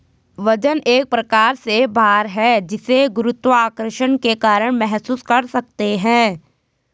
वजन एक प्रकार से भार है जिसे गुरुत्वाकर्षण के कारण महसूस कर सकते है